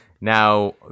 now